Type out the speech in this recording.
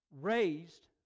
raised